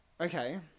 Okay